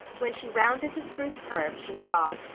when she rounded the spruce curve she saw.